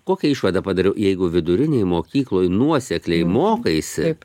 kokią išvadą padariau jeigu vidurinėj mokykloj nuosekliai mokaisi